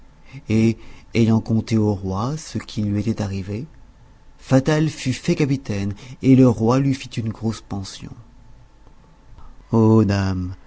et ayant conté au roi ce qui lui était arrivé fatal fut fait capitaine et le roi lui fit une grosse pension oh dame